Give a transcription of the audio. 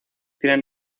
tienen